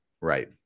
right